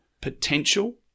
potential